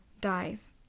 dies